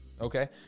Okay